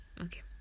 Okay